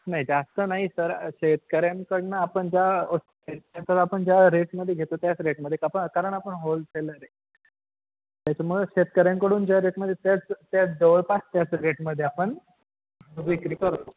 नाही जास्त नाही सर शेतकऱ्यांकडून आपण ज्या शेतकऱ्या आपण ज्या रेटमधे घेतो त्याच रेटमधे का कारण आपण होलसेलर आहे त्याच्यामुळं शेतकऱ्यांकडून ज्या रेटमध्ये त्याच त्या जवळपास त्याच रेटमधे आपण विक्री करतो